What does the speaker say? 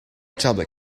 tablet